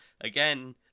again